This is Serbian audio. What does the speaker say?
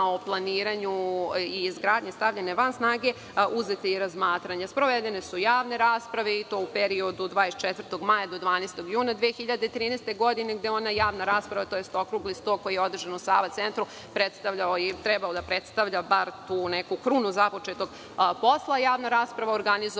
o planiranju i izgradnji stavljene van snage, uzete u razmatranje. Sprovedene su javne rasprave i to u periodu od 24. maja do 12. juna 2013. godine, gde je i ona javna rasprava, tj. okrugli sto koji je održan u Sava centru trebao da predstavlja bar tu neku krunu započetog posla. Javna rasprava organizovana